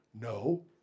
No